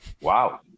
Wow